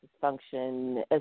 function